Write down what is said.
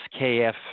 skf